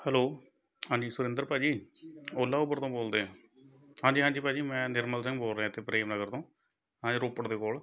hello ਹਾਂਜੀ ਸੁਰਿੰਦਰ ਭਾਅ ਜੀ ਓਲਾ ਊਬਰ ਤੋਂ ਬੋਲਦੇ ਹੈ ਹਾਂਜੀ ਹਾਂਜੀ ਭਾਅ ਜੀ ਮੈਂ ਨਿਰਮਲ ਸਿੰਘ ਬੋਲ ਰਿਹਾ ਇੱਥੇ ਪ੍ਰੇਮ ਨਗਰ ਤੋਂ ਹਾਂਜੀ ਰੋਪੜ ਦੇ ਕੋਲ਼